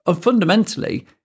fundamentally